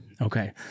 Okay